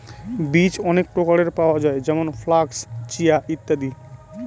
বীজ অনেক প্রকারের পাওয়া যায় যেমন ফ্লাক্স, চিয়া, ইত্যাদি